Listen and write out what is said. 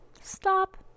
stop